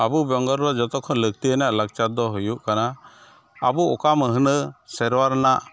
ᱟᱵᱚ ᱵᱮᱝᱜᱚᱞᱨᱮ ᱡᱚᱛᱚᱠᱷᱚᱱ ᱞᱟᱹᱠᱛᱤᱭᱟᱱᱟᱜ ᱞᱟᱠᱪᱟᱨᱫᱚ ᱦᱩᱭᱩᱜ ᱠᱟᱱᱟ ᱟᱵᱚ ᱚᱠᱟ ᱢᱟᱹᱦᱱᱟᱹ ᱥᱮᱨᱣᱟ ᱨᱮᱱᱟᱜ